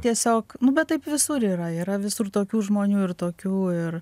tiesiog nu bet taip visur yra yra visur tokių žmonių ir tokių ir